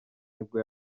nibwo